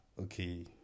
okay